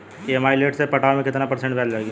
EMI late से पटावे पर कितना परसेंट ब्याज लगी?